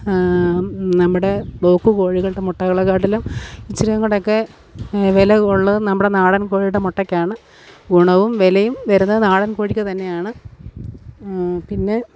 നമ്മുടെ ബ്ലോക്ക് കോഴികളുടെ മുട്ടകളെ കാട്ടിലും ഇച്ചിരീം കൂടൊക്കെ വില ഉള്ളത് നമ്മുടെ നാടൻ കോഴിയുടെ മുട്ടക്കാണ് ഗുണവും വിലയും വരുന്നത് നാടൻ കോഴിക്കു തന്നെയാണ് പിന്നെ